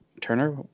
turner